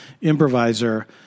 improviser